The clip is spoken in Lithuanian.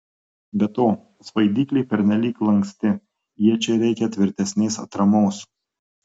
be to svaidyklė pernelyg lanksti iečiai reikia tvirtesnės atramos